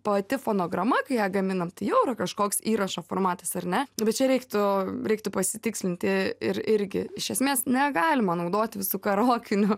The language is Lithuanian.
pati fonograma kai ją gaminam tai jau yra kažkoks įrašo formatas ar ne bet čia reiktų reiktų pasitikslinti ir irgi iš esmės negalima naudoti visų karaokinių